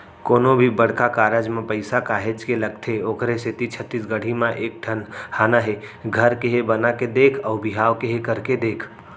कोनो भी बड़का कारज म पइसा काहेच के लगथे ओखरे सेती छत्तीसगढ़ी म एक ठन हाना हे घर केहे बना के देख अउ बिहाव केहे करके देख